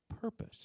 purpose